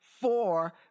four